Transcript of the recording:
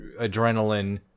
adrenaline